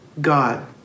God